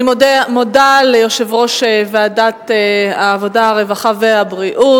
אני מודה ליושב-ראש ועדת העבודה, הרווחה והבריאות.